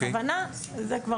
הבנתי.